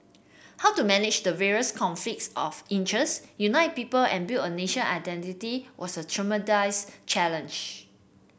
how to manage the various conflicts of interest unite people and build a national identity was a tremendous challenge